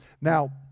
Now